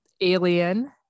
alien